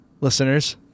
listeners